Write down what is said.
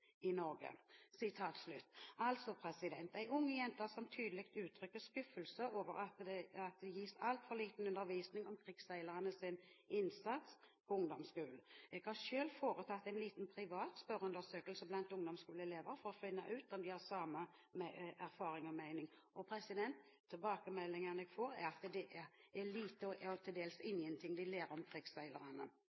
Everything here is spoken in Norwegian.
som tydelig uttrykker skuffelse over at det på ungdomsskolen gis altfor liten undervisning om krigsseilernes innsats. Jeg har selv foretatt en liten privat spørreundersøkelse blant ungdomsskoleelever for å finne ut om de har samme erfaring og mening. Tilbakemeldingene jeg får, er at de lærer lite og til dels ingenting om krigsseilerne. Fremskrittspartiet synes det er flott at komiteen er positiv til